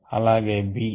అలాగే B